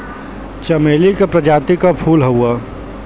चमेली के प्रजाति क फूल हौ